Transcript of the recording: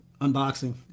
Unboxing